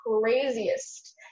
craziest